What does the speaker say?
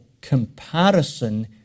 comparison